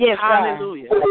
Hallelujah